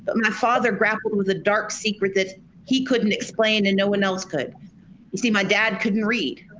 but my father grappled with a dark secret that he couldn't explain and no one else could. you see my dad couldn't read.